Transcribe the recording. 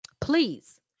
Please